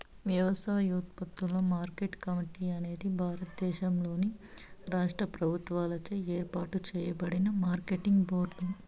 వ్యవసాయోత్పత్తుల market committee అనేది భారతదేశంలోని రాష్ట్ర ప్రభుత్వాలచే ఏర్పాటు చేయబడిన మార్కెటింగ్ బోర్డు